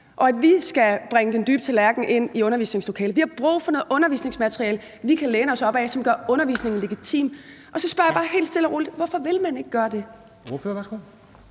og at vi skal opfinde den dybe tallerken inde i undervisningslokalet; vi har brug for noget undervisningsmateriale, vi kan læne os op ad, og som gør undervisningen legitim. Og så spørger jeg bare helt stille og roligt: Hvorfor vil man ikke gøre det?